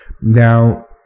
now